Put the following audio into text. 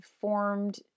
formed